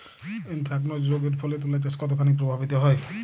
Anthracnose রোগ এর ফলে তুলাচাষ কতখানি প্রভাবিত হয়?